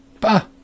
Bah